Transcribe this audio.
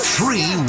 Three